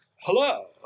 Hello